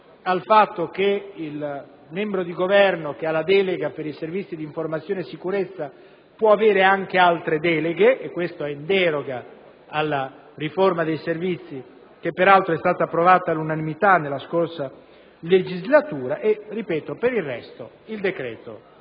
al fatto che il membro di Governo che ha la delega per i Servizi di informazione e sicurezza può avere anche altre deleghe, in deroga alla riforma dei Servizi che, peraltro, è stata approvata all'unanimità nella scorsa legislatura. Per il resto, ripeto, il decreto